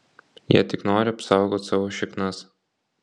jie tik nori apsaugot savo šiknas